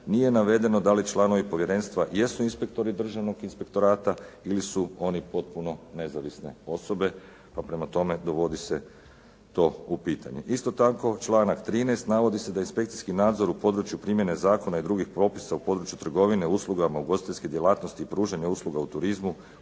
nije navedeno da li članovi povjerenstva jesu inspektori državnog inspektorata ili su oni potpuno nezavisne osobe, pa prema tome dovodi se to u pitanje. Isto tako, članak 13. navodi se da inspekcijski nadzor u području primjene zakona i drugih propisa u području trgovine, uslugama, ugostiteljske djelatnosti, pružanja usluga u turizmu,